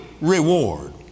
reward